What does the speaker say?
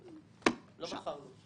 לא מכרנו.